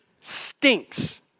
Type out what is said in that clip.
stinks